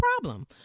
problem